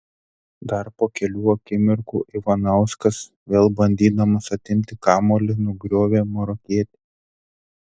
dar po kelių akimirkų ivanauskas vėl bandydamas atimti kamuolį nugriovė marokietį